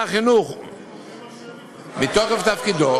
מתוקף תפקידו,